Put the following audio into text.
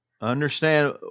Understand